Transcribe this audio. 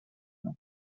nhw